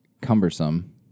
cumbersome